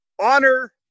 honor